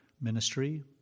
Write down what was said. ministry